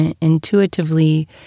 intuitively